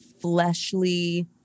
fleshly